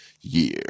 year